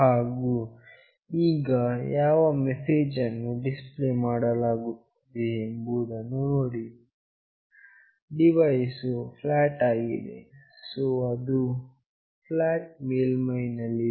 ಹಾಗು ಈಗ ಯಾವ ಮೆಸೇಜ್ ಅನ್ನು ಡಿಸ್ಪ್ಲೇ ಮಾಡಲಾಗುತ್ತಿದೆ ಎಂಬುದನ್ನು ನೋಡಿ ಡಿವೈಸ್ ವು ಫ್ಲಾಟ್ ಆಗಿದೆ ಸೋ ಅದು ಫ್ಲಾಟ್ ಮೇಲ್ಮೈ ಯಲ್ಲಿದೆ